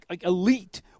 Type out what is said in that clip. elite